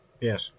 Yes